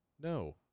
No